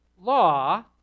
law